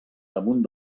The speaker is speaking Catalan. damunt